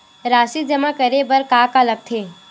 राशि जमा करे बर का का लगथे?